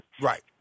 Right